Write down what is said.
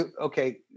okay